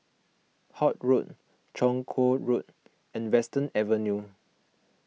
Holt Road Chong Kuo Road and Western Avenue